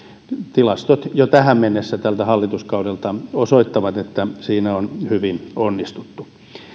tilastot jo tähän mennessä tältä hallituskaudelta osoittavat että siinä on hyvin onnistuttu